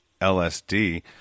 LSD